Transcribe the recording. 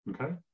okay